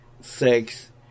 sex